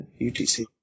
UTC